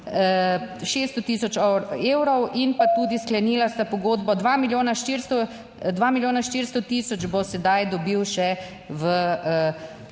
600 tisoč evrov in pa tudi sklenila sta pogodbo 2 milijona, 2 milijona 400 tisoč bo sedaj dobil še v kratkem